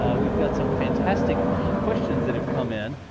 ah we've got some fantastic questions that have come in.